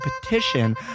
petition